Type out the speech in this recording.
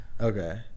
okay